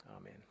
amen